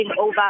over